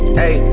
hey